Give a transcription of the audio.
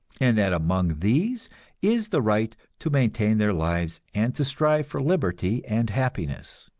and that among these is the right to maintain their lives and to strive for liberty and happiness.